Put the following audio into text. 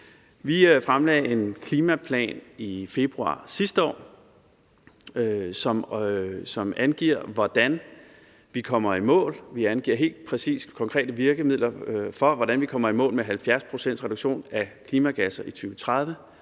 Vi fremlagde en klimaplan i februar sidste år, som angiver, hvordan vi kommer i mål. Vi angiver helt